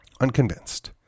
unconvinced